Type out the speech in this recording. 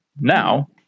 Now